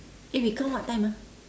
eh we come what time ah